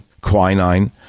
quinine